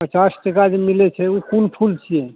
पचास टका जे मिलै छै ओ कोन फूल छिए